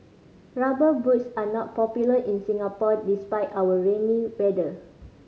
Rubber Boots are not popular in Singapore despite our rainy weather